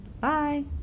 Bye